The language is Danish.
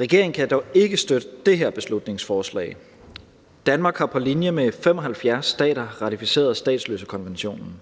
Regeringen kan dog ikke støtte det her beslutningsforslag. Danmark har på linje med 75 stater ratificeret statsløsekonventionen.